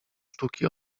sztuki